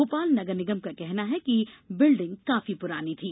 भोपाल नगर निगम का कहना है कि बिल्डिंग काफी पुरानी थी